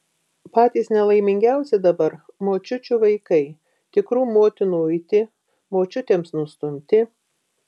patys nelaimingiausi dabar močiučių vaikai tikrų motinų uiti močiutėms nustumti